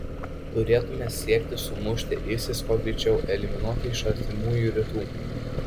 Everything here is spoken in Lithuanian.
turėtumėme siekti sumušti isis kuo greičiau eliminuoti iš artimųjų rytų